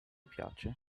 piace